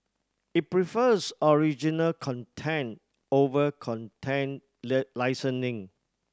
it prefers original content over content licensing